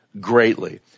greatly